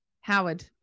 Howard